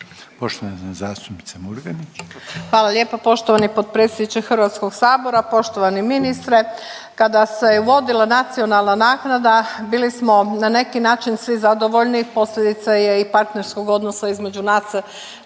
**Murganić, Nada (HDZ)** Hvala lijepo poštovani potpredsjedniče Hrvatskog sabora, poštovani ministre. Kada se uvodila nacionalna naknada bili smo na neki način svi zadovoljni. Posljedica je i partnerskog odnosa između